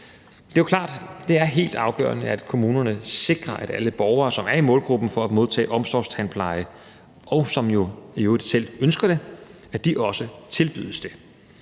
det er helt afgørende, at kommunerne sikrer, at alle borgere, som er i målgruppen for at modtage omsorgstandpleje, og som jo i øvrigt selv ønsker det, også tilbydes det.